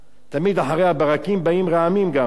תמיד אחרי הברקים באים הרעמים, גם כן.